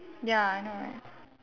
ya I know right